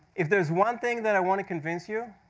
if there's one thing that i want to convince you,